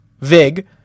vig